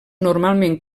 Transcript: normalment